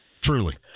truly